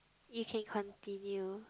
you can continue